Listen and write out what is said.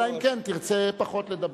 אלא אם כן תרצה פחות לדבר.